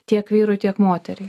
tiek vyrui tiek moteriai